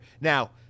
Now